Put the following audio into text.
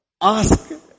ask